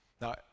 Now